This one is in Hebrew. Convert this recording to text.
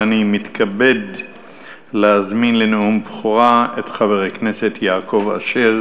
אני מתכבד להזמין לנאום בכורה את חבר הכנסת יעקב אשר.